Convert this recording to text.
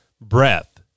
breath